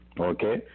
Okay